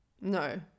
No